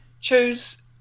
choose